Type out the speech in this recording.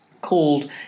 Called